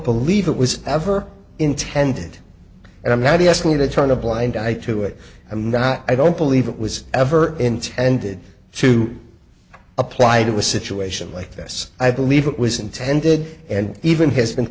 believe it was ever intended and i'm not asking you to turn a blind eye to it and not i don't believe it was ever intended to apply to a situation like this i believe it was intended and even has been